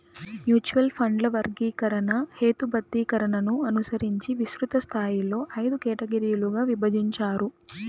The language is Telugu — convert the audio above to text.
మ్యూచువల్ ఫండ్ల వర్గీకరణ, హేతుబద్ధీకరణను అనుసరించి విస్తృత స్థాయిలో ఐదు కేటగిరీలుగా విభజించారు